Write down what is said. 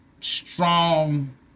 strong